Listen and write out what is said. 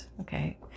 okay